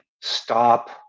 stop